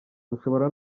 mushobora